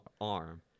arm